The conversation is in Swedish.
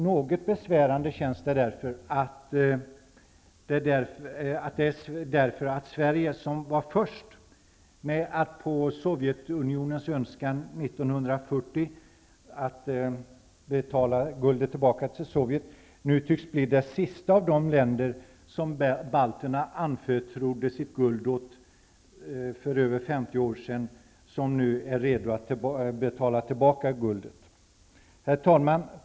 Något besvärande känns det därför att Sverige, som var först med att på Sovjetunionens önskan 1940 betala tillbaka guldet, nu tycks bli det sista av de länder som balterna anförtrodde guld åt för över 50 år sedan och som nu är redo att betala tillbaka guldet. Herr talman!